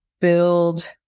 build